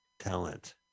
talent